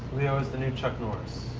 leo is the new chuck norris.